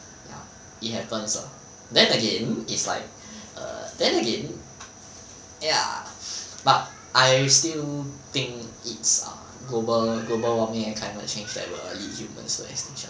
ya it happens ah then again is like err then again ya but I still think it's a global global warming and climate change that will lead humans to extinction